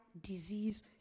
disease